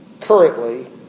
currently